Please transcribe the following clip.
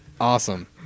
awesome